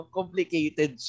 Complicated